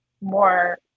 more